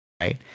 right